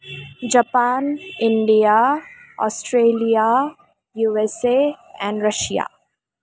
Japan India Australia USA and Russia